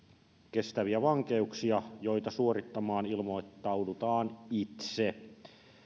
kestäviä vankeuksia joita suorittamaan ilmoittaudutaan itse